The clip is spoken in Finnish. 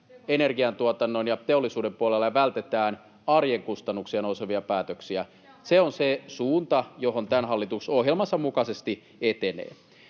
energiantuotannon ja teollisuuden puolella ja vältetään arjen kustannuksia nostavia päätöksiä, [Jenna Simula: Se on tärkeää!] on se suunta, johon tämä hallitus ohjelmansa mukaisesti etenee.